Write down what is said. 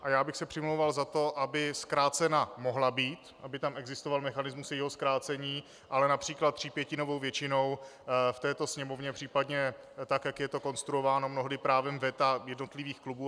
A já bych se přimlouval za to, aby zkrácena mohla být, aby tam existoval mechanismus jejího zkrácení, ale například třípětinovou většinou v této Sněmovně, případně tak, jak je to konstruováno mnohdy právem veta jednotlivých klubů.